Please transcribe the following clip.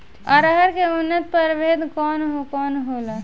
अरहर के उन्नत प्रभेद कौन कौनहोला?